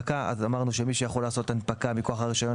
אמרנו שמי שיכול לעשות הנפקה מכוח הרישיון